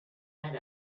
had